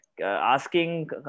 asking